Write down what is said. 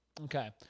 Okay